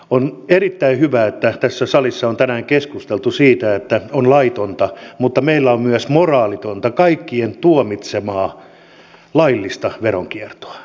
on erittäin hyvä että tässä salissa on tänään keskusteltu siitä että on laitonta mutta meillä on myös moraalitonta kaikkien tuomitsemaa laillista veronkiertoa eli verosuunnittelua